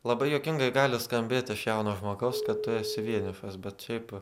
labai juokingai gali skambėti iš jauno žmogaus kad tu esi vienišas bet šiaip